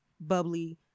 bubbly